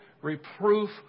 reproof